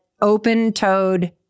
open-toed